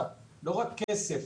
לא רק כסף.